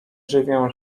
żywię